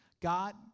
God